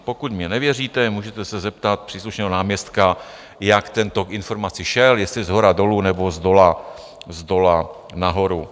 Pokud mně nevěříte, můžete se zeptat příslušného náměstka, jak ten tok informací šel, jestli shora dolů, nebo zdola nahoru.